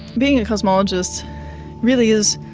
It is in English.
being a cosmologist really is,